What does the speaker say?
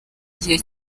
gihe